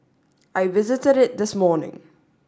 I visited it this morning